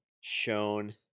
shown